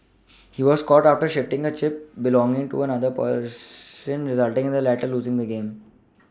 he was caught after shifting a chip belonging to another patron resulting in the latter losing the game